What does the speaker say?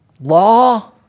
law